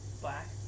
black